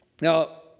Now